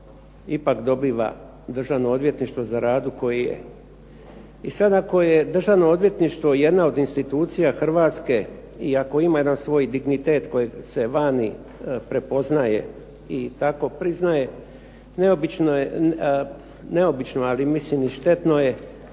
ipak dobiva Državno odvjetništvo za radu koji je. I sad ako je Državno odvjetništvo jedna od institucija Hrvatske i ako ima jedan svoj dignitet kojeg se vani prepoznaje i tako priznaje, neobično, ali mislim i štetno je